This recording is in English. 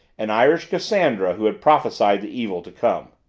an irish cassandra who had prophesied the evil to come.